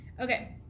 Okay